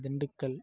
Dindigul